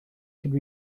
could